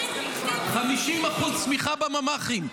50% צמיחה בממ"חים.